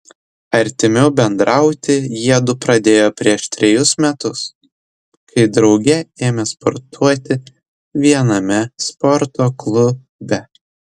artimiau bendrauti jiedu pradėjo prieš trejus metus kai drauge ėmė sportuoti viename sporto klube